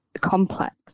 complex